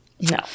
no